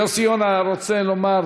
יוסי יונה רוצה לומר